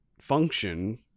function